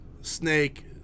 Snake